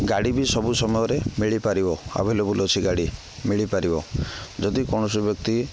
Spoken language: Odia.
ଗାଡ଼ି ବି ସବୁ ସମୟରେ ମିଳିପାରିବ ଆଭେଲେବୁଲ ଅଛି ଗାଡ଼ି ମିଳିପାରିବ ଯଦି କୌଣସି ବ୍ୟକ୍ତି